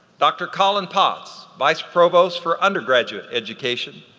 dr. colin potts, vice provost for undergraduate education,